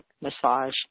massage